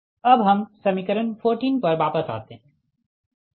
तो हम समीकरण 14 पर वापस आते है